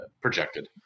projected